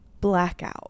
blackout